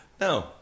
No